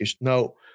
No